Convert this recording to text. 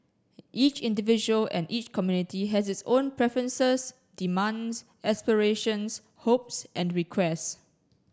each individual and each community has its own preferences demands aspirations hopes and requests